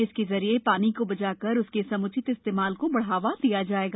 इसके जरिए पानी को बचाकर उसके सम्चित इस्तेमाल को बढ़ावा दिया जाएगा